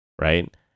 right